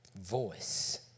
voice